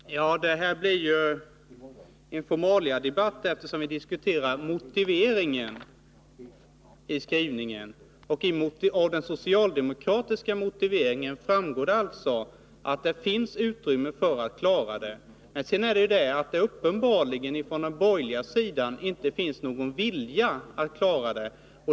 Herr talman! Det här blir ju en formaliadebatt, eftersom vi diskuterar motiveringen i skrivningen. Av den socialdemokratiska motiveringen framgår att det finns utrymme för att klara en nybyggnation av riksväg 31. Uppenbarligen finns inte den viljan hos den borgerliga majoriteten.